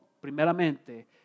primeramente